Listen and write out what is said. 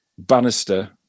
Bannister